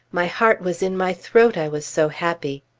my heart was in my throat, i was so happy.